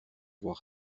vois